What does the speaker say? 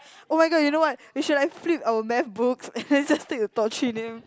oh-my-god you know what we should like flip our MacBooks and then just take a top three name